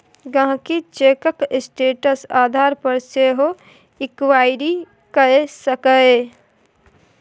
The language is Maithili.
गांहिकी चैकक स्टेटस आधार पर सेहो इंक्वायरी कए सकैए